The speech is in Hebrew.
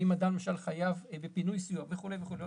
האם אדם למשל חייב בפינוי וסיוע וכו' וכו'.